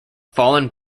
fallon